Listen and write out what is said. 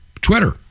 Twitter